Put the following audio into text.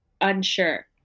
unsure